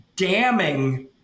damning